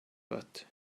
but